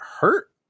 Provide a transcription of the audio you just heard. hurt